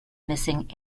missing